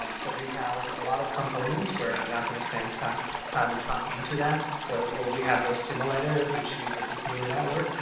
um so, we have a lot of components where i'm not gonna spend time time talking into that. so we have the simulator, which use a deep neuro-network,